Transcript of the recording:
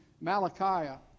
Malachi